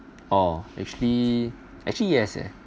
ah actually actually yes eh